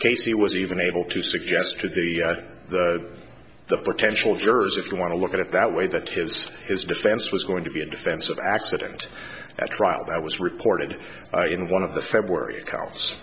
casey was even able to suggest to the the potential jurors if you want to look at it that way that his his defense was going to be a defense of accident at trial that was reported in one of the february counts